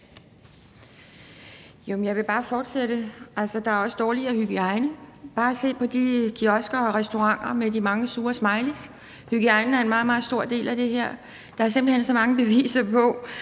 Jeg vil bare fortsætte: Der er også dårligere hygiejne. Bare se på de kiosker og restauranter med de mange sure smileys. Hygiejne er en meget, meget stor del af det her. Der er simpelt hen så mange beviser på,